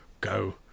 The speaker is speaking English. go